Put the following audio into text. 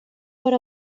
per